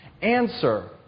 answer